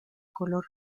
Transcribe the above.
color